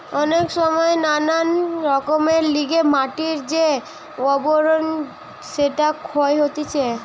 অনেক সময় নানান কারণের লিগে মাটির যে আবরণ সেটা ক্ষয় হতিছে